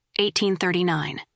1839